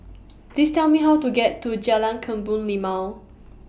Please Tell Me How to get to Jalan Kebun Limau